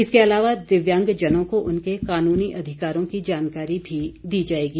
इसके अलावा दिव्यांगजनों को उनके कानूनी अधिकारों की जानकारी भी दी जाएगी